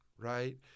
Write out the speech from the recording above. right